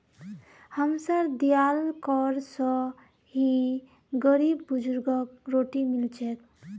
हमसार दियाल कर स ही गरीब बुजुर्गक रोटी मिल छेक